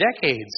decades